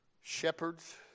shepherds